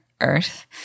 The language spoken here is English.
earth